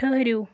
ٹھٕہرِو